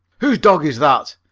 whose dog is that?